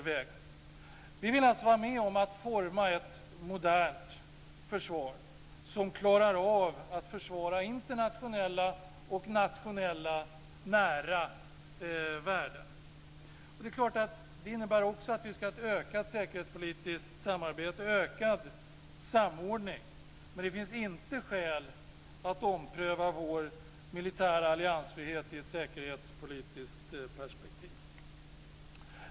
Vi vill vara med om att forma ett modernt försvar som klarar av att försvara internationella och nationella nära värden. Det innebär förstås också att vi ska ha ett ökat säkerhetspolitiskt samarbete och ökad samordning. Men det finns inte skäl att ompröva vår militära alliansfrihet i ett säkerhetspolitiskt perspektiv.